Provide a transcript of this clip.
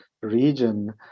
region